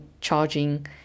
charging